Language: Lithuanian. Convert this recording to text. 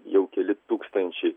jau keli tūkstančiai